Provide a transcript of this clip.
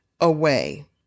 away